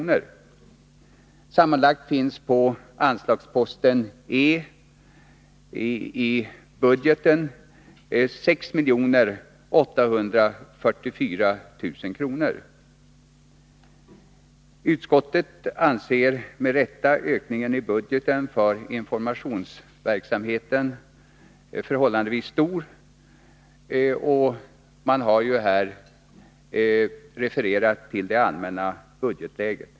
har upptagits för spridande av information om uppföljningen av FN:s extra Utskottet anser, med rätta, att ökningen i budgeten för informationsverksamhet är förhållandevis stor. Man har här också refererat till det allmänna budgetläget.